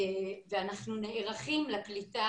ואנחנו נערכים לקליטה